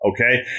okay